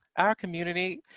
our community,